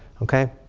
okay.